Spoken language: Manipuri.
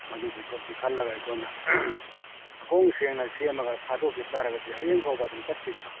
ꯃꯗꯨꯗꯨ ꯈꯛꯀꯤ ꯈꯜꯂꯒ ꯑꯩꯍꯣꯏꯅ ꯃꯈꯣꯡ ꯁꯦꯡꯅ ꯁꯦꯝꯃꯒ ꯊꯥꯗꯣꯛꯈꯤꯕ ꯇꯥꯔꯒꯗꯤ ꯍꯌꯦꯡ ꯐꯥꯎꯕ ꯑꯗꯨꯝ ꯆꯠꯈꯤꯗꯅ